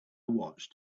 watched